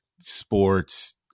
sports